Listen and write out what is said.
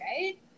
right